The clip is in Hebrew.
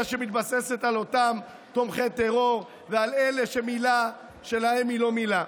שמתבססת על אותם תומכי טרור ועל אלה שמילה שלהם היא לא מילה.